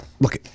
Look